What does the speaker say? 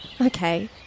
okay